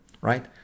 right